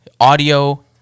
audio